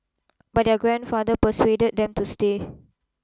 but their grandfather persuaded them to stay